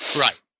Right